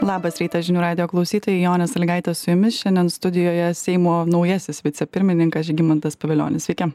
labas rytas žinių radijo klausytojai jonė salygaitė su jumis šiandien studijoje seimo naujasis vicepirmininkas žygimantas pavilionis sveiki